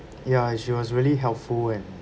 ya she was really helpful and